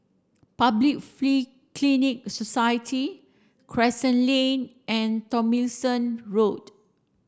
Public Free Clinic Society Crescent Lane and Tomlinson Road